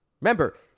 Remember